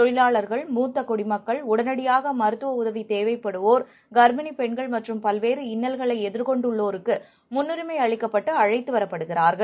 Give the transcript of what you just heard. தொழிலாளர்கள் மூத்த குடிமக்கள் உடனடியாக மருத்துவ உதவி தேவைப்படுவோர் கர்ப்பிணி பெண்கள் மற்றும் பல்வேறு இன்னல்களை எதிர்கொண்டுள்ளோருக்கு முன்னுரிமை அளிக்கப்பட்டு அழைத்து வரப்படுகிறார்கள்